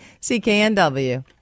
CKNW